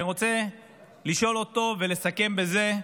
ואני רוצה לשאול אותו, ולסכם בזה,